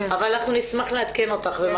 אבל אנחנו נשמח לעדכן אותך.